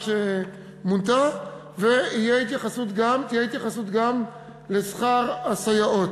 שמונתה ותהיה התייחסות גם לשכר הסייעות.